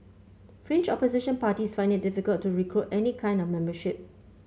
fringe opposition parties find it difficult to recruit any kind of membership